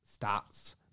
stats